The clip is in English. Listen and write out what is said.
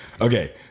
Okay